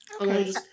Okay